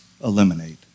eliminate